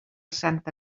santa